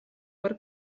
per